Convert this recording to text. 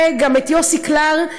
וגם יוסי קלאר,